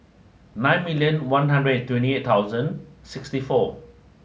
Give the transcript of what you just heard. ninety million one hundred and twenty eight thousand sixty four